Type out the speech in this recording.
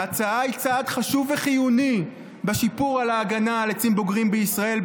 ההצעה היא צעד חשוב וחיוני בשיפור ההגנה על עצים בוגרים בישראל,